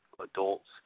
adults